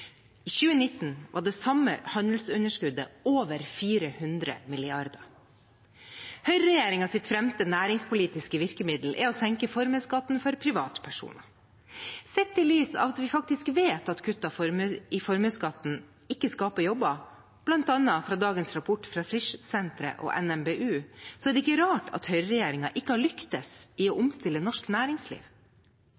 I 2019 var det samme handelsunderskuddet på over 400 mrd. kr. Høyreregjeringens fremste næringspolitiske virkemiddel er å senke formuesskatten for privatpersoner. Sett i lys av at vi faktisk vet at kutt i formuesskatten ikke skaper jobber, bl.a. fra dagens rapport fra Frischsenteret og NMBU, er det ikke rart at høyreregjeringen ikke har lyktes i å